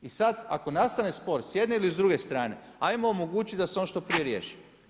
I sad, ako nastane spor s jedne ili dr. strane ajmo omogućiti da se on što prije riješi.